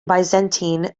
byzantine